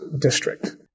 district